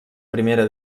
primera